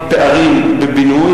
בבקשה.